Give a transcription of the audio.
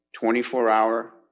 24-hour